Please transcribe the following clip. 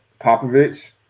Popovich